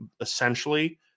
essentially